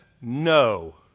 no